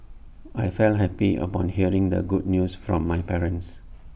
I felt happy upon hearing the good news from my parents